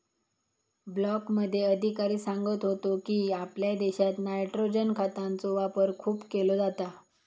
ब्लॉकमध्ये अधिकारी सांगत होतो की, आपल्या देशात नायट्रोजन खतांचो वापर खूप केलो जाता